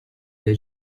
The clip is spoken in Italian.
dei